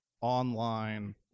online